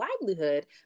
livelihood